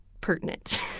pertinent